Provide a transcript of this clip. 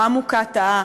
במוקטעה.